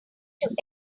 end